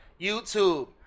YouTube